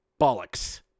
Bollocks